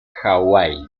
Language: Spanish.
hawái